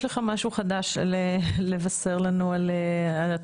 יש לך משהו חדש לבשר לנו על התחזיות,